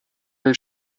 will